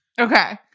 Okay